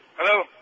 Hello